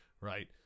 right